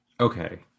Okay